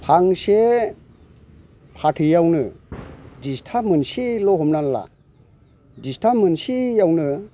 फांसे फाथैआवनो दिस्था मोनसेल' हमना ला दिस्था मोनसेआवनो